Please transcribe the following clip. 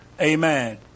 Amen